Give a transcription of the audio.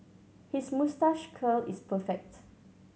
his moustache curl is perfect